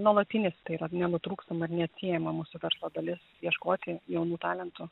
nuolatinis tai vat nenutrūkstama ir neatsiejama mūsų verslo dalis ieškoti jaunų talentų